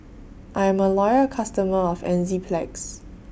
I'm A Loyal customer of Enzyplex